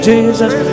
Jesus